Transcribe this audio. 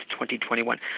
2021